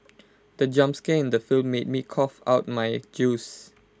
the jump scare in the film made me cough out my juice